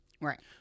Right